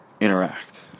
interact